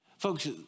Folks